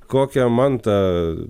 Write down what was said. kokią mantą